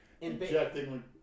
injecting